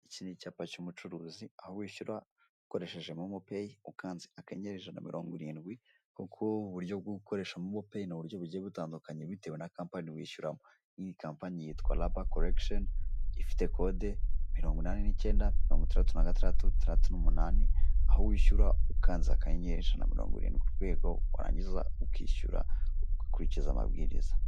Iki ni icyapa cy'umucuruzi, aho wishyura ukoresheje MoMo Pay, ukanze akanyenyeri ijana na mirongo irindwi, kuko uburyo bwo gukoresha MoMo Pay ni uburyo bugiye butandukanye bitewe na kampani wishyuramo, nk'iyi kampani yitwa RAB Collection, ifite kode, mirongo inani n'icyenda, mirongo itandatu na gatandatu, mirongo itandatu n'umunani, aho wishyura ukanze akanyenyeri, ijana mirongo irindwi, urwego warangiza ukishyura ugakurikiza amabwiriza.